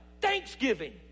thanksgiving